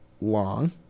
long